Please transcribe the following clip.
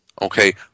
okay